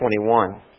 21